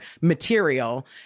material